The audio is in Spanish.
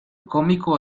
cómico